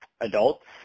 adults